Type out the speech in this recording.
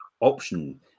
option